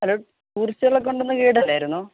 hello ടൂറിസ്റ്റുകളെ കൊണ്ടുപോകുന്ന guide അല്ലായിരുന്നോ